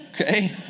okay